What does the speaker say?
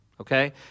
okay